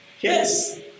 Yes